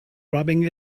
rubbing